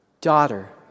daughter